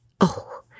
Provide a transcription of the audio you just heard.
Oh